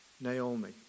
Naomi